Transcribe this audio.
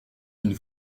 une